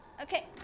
Okay